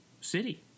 city